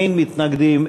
אין מתנגדים,